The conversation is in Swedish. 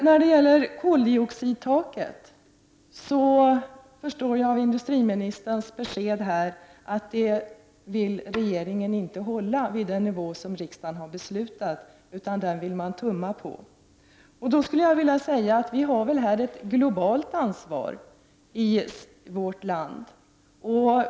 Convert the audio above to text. När det gäller koldioxidtaket förstår jag av industriministerns besked här att regeringen inte vill behålla det vid den nivå som riksdagen har beslutat utan vill tumma på det. Då skulle jag vilja säga att vi ju har ett globalt ansvar i vårt land.